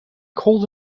cold